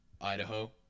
Idaho